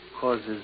causes